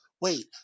wait